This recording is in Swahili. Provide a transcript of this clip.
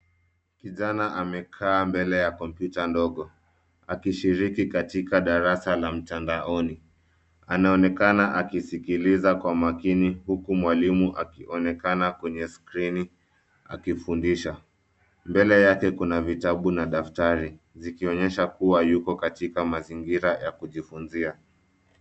Kijana amekaa mbele ya kompyuta ndogo, akishiriki katika darasa la mtandaoni. Anaonekana akisikiliza kwa makini huku mwalimu akionekana kwenye skrini akifundisha. Mbele yake kuna vitabu na daftari, zikionyesha kuwa yuko katika mazingira ya kujifunzia.